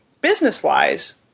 business-wise –